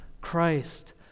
Christ